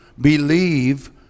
believe